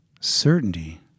Certainty